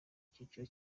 icyiciro